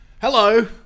Hello